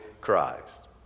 Christ